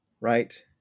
Right